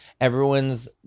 everyone's